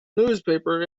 newspaper